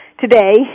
today